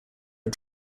are